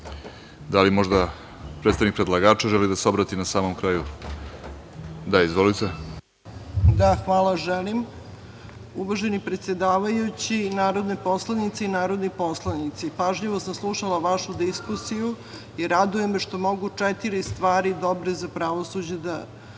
li možda predstavnik predlagača želi da se obrati na samom kraju? Izvolite. **Zorana Delibašić** Hvala, želim. Uvaženi predsedavajući, narodne poslanice i narodni poslanici, pažljivo sam slušala vašu diskusiju i raduje me što mogu četiri stvari dobre za pravosuđe da